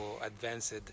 advanced